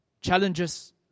challenges